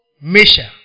measure